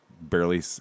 barely